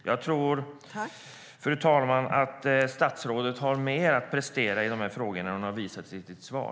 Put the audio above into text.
Jag tror, fru talman, att statsrådet har mer att prestera i de här frågorna än hon har visat i sitt svar.